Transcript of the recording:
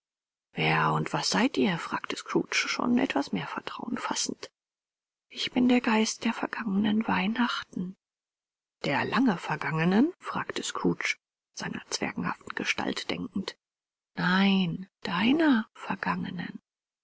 wer und was seid ihr fragte scrooge schon etwas mehr vertrauen fassend ich bin der geist der vergangenen weihnachten der lange vergangenen fragte scrooge seiner zwerghaften gestalt denkend nein deiner vergangenen